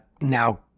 now-